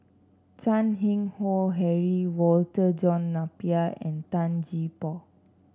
Chan Keng Howe Harry Walter John Napier and Tan Gee Paw